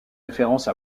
référence